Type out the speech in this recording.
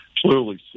clearly